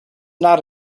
not